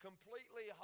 Completely